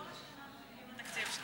הם כל השנה מחכים לתקציב שלהם.